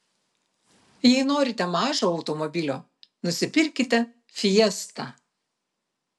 jei norite mažo automobilio nusipirkite fiesta